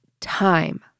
time